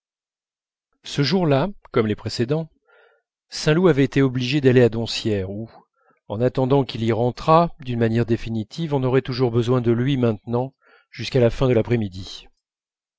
ce jour-là comme les précédents saint loup avait été obligé d'aller à doncières où en attendant qu'il y rentrât d'une manière définitive on aurait toujours besoin de lui maintenant jusqu'à la fin de l'après-midi